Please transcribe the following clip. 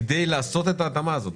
כדי לעשות את ההתאמה הזאת,